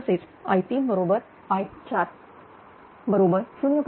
तसेच I3 बरोबर i4 बरोबर 0